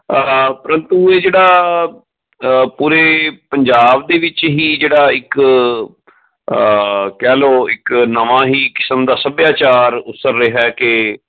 ਪਰੰਤੂ ਇਹ ਜਿਹੜਾ ਪੂਰੇ ਪੰਜਾਬ ਦੇ ਵਿੱਚ ਹੀ ਜਿਹੜਾ ਇੱਕ ਕਹਿ ਲਉ ਇੱਕ ਨਵਾਂ ਹੀ ਕਿਸਮ ਦਾ ਸੱਭਿਆਚਾਰ ਉਸਰ ਰਿਹਾ ਕਿ